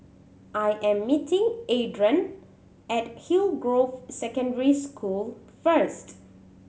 I am meeting Adron at Hillgrove Secondary School first